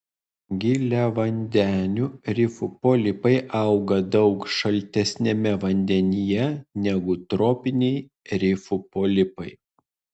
giliavandenių rifų polipai auga daug šaltesniame vandenyje negu tropiniai rifų polipai